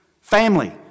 Family